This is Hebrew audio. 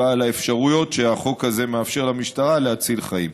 ועל האפשרויות שהחוק הזה נותן למשטרה להציל חיים.